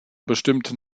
bestimmten